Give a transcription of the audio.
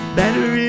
better